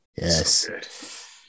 Yes